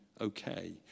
okay